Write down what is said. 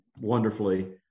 wonderfully